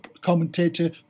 commentator